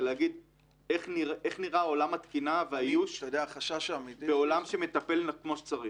ולהגיד איך נראה עולם התקינה והאיוש בעולם שמטפל כמו שצריך.